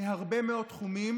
מהרבה מאוד תחומים